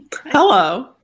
Hello